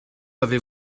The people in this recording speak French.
avez